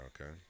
okay